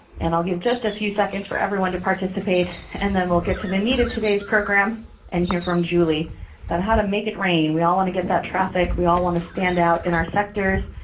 and i'll give just a few seconds for everyone to participate, and then we'll get to the meat of today's program and hear from julie about how to make it rain. we all want to get that traffic. we all want to stand out in our sectors,